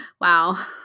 Wow